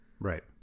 Right